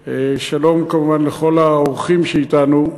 שלום, כמובן, לכל האורחים שאתנו.